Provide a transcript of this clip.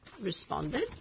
responded